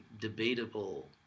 debatable